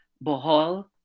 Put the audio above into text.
Bohol